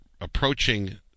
approaching